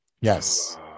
Yes